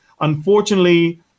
unfortunately